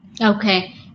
Okay